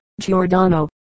Giordano